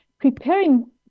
preparing